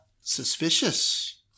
Suspicious